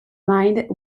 mind